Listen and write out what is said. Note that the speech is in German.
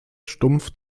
stumpf